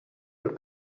your